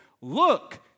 look